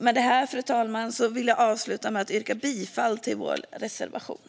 Med detta, fru talman, vill jag yrka bifall till vår reservation.